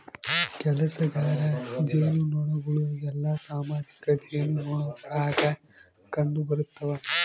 ಕೆಲಸಗಾರ ಜೇನುನೊಣಗಳು ಎಲ್ಲಾ ಸಾಮಾಜಿಕ ಜೇನುನೊಣಗುಳಾಗ ಕಂಡುಬರುತವ